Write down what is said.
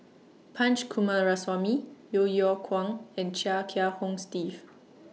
Punch Coomaraswamy Yeo Yeow Kwang and Chia Kiah Hong Steve